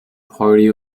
party